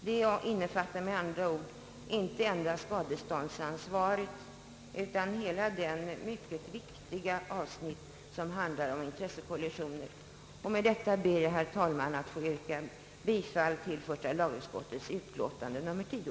Det innefattar med andra ord icke endast skadeståndsansvaret utan hela det mycket viktiga avsnitt som handlar om intressekollisioner. Med detta ber jag, herr talman, att få yrka bifall till första lagutskottets utlåtande nr 10.